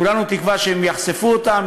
כולנו תקווה שהם יחשפו אותן,